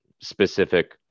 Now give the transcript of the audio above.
specific